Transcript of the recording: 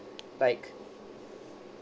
like